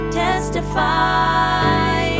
testify